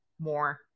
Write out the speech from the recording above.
more